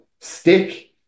stick